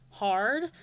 hard